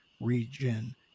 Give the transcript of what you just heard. region